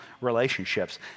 relationships